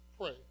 pray